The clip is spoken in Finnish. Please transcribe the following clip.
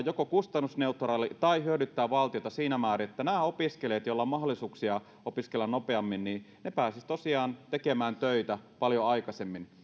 joko kustannusneutraali tai hyödyttää valtiota siinä määrin että nämä opiskelijat joilla on mahdollisuuksia opiskella nopeammin pääsisivät tosiaan tekemään töitä paljon aikaisemmin